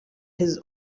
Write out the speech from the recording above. his